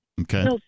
Okay